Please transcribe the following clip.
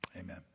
Amen